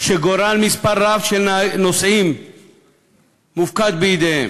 שגורל מספר רב של נוסעים מופקד בידיהם.